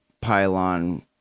pylon